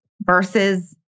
versus